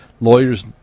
lawyers